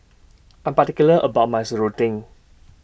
I'm particular about My Serunding